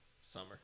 summer